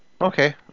Okay